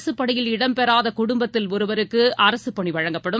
அரசுப் பணியில் இடம்பெறாதகுடுப்பத்தில் ஒருவருக்குஅரசுப்பணிவழங்கப்படும்